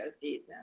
season